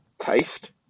taste